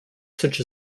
such